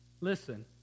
Listen